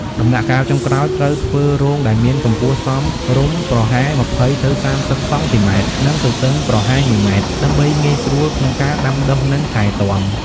ដំណាក់កាលចុងក្រោយត្រូវធ្វើរងដែលមានកម្ពស់សមរម្យ ប្រហែល ២០ ទៅ ៣០ សង់ទីម៉ែត្រ និងទទឹងប្រហែល ១ ម៉ែត្រ ដើម្បីងាយស្រួលក្នុងការដាំដុះ និងថែទាំ។